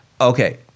Okay